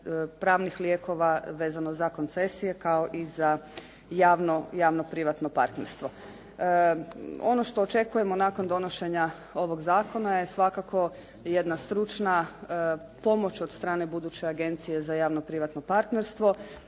pravnih lijekova vezano za koncesije kao i za javno, javno-privatno partnerstvo. Ono što očekujemo nakon donošenja ovog zakona je svakako jedna stručna pomoć od strane buduće agencije za javno-privatno partnerstvo.